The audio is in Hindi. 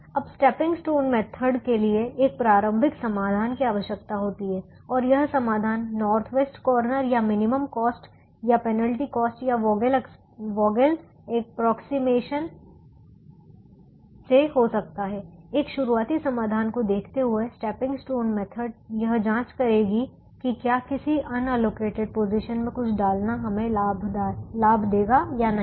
अब स्टेपिंग स्टोन मेथड के लिए एक प्रारंभिक समाधान की आवश्यकता होती है और यह कि समाधान नॉर्थ वेस्ट कॉर्नर या मिनिमम कॉस्ट या पेनल्टी कॉस्ट या वोगेल एप्रोक्सीमेशन से हो सकता है एक शुरुआती समाधान को देखते हुए स्टेपिंग स्टोन मेथड यह जांच करेगी कि क्या किसी अनएलोकेटेड पोजीशन में कुछ डालना हमें लाभ देगा या नहीं